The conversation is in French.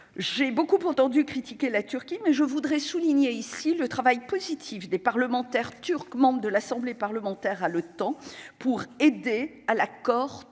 j'ai beaucoup entendu critiquer la Turquie mais je voudrais souligner ici le travail positif des parlementaires turcs, membre de l'Assemblée parlementaire a le temps pour aider à l'accord